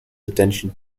attention